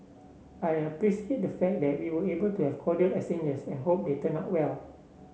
I appreciate the fact that we were able to have cordial exchanges and hope they turn out well